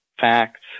facts